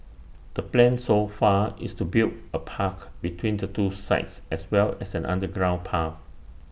the plan so far is to build A park between the two sites as well as an underground path